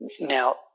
now